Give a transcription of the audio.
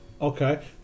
Okay